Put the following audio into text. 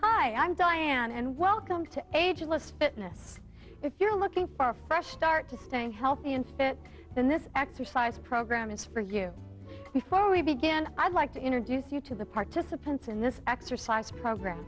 hi i'm diane and welcome to a jealous fitness if you're looking for a fresh start to staying healthy and fit in this exercise program is for you before we began i'd like to introduce you to the participants in this exercise program